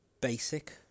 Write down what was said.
basic